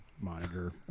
monitor